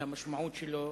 על המשמעות שלו,